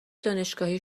دانشگاهی